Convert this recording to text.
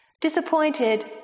disappointed